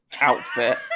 outfit